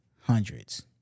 hundreds